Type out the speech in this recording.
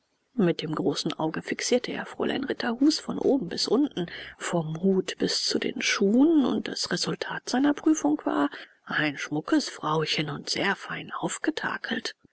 mit dem großen auge fixierte er fräulein ritterhus von oben bis unten vom hut bis zu den schuhen und das resultat seiner prüfung war ein schmuckes frauchen und sehr fein aufgetakelt